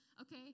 okay